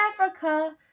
Africa